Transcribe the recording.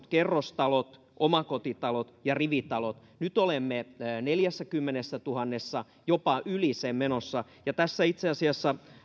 kerrostalot omakotitalot ja rivitalot nyt olemme neljässäkymmenessätuhannessa jopa yli sen menossa ja tässä itse asiassa